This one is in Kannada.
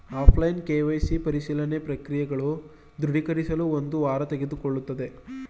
ಆಫ್ಲೈನ್ ಕೆ.ವೈ.ಸಿ ಪರಿಶೀಲನೆ ಪ್ರಕ್ರಿಯೆಗಳು ದೃಢೀಕರಿಸಲು ಒಂದು ವಾರ ತೆಗೆದುಕೊಳ್ಳುತ್ತದೆ